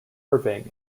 irving